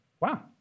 Wow